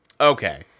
Okay